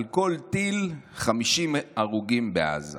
על כל טיל, 50 הרוגים בעזה?